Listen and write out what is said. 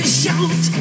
shout